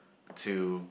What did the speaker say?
to